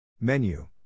Menu